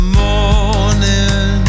morning